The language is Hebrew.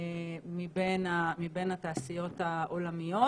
מבין התעשיות העולמיות.